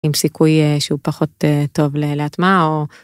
עם סיכוי שהוא פחות טוב להטמעה.